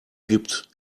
gibt